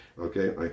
Okay